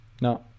No